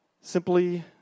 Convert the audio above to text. simply